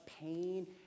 pain